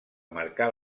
marcar